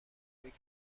اوپک